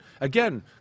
again